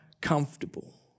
comfortable